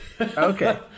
Okay